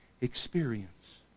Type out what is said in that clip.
experience